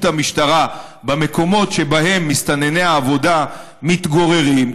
המשטרה במקומות שבהם מסתנני העבודה מתגוררים,